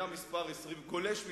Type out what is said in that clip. גולש מס'